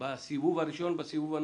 בסיבוב הראשון ובסיבוב הנוכחי,